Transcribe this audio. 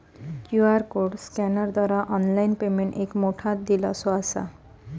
QR code स्कॅनरद्वारा online payment एक मोठो दिलासो असा